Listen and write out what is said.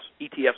ETFs